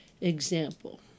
example